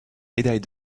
médaille